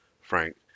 Frank